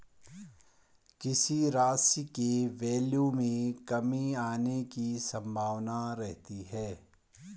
किसी राशि के वैल्यू में कमी आने की संभावना रहती है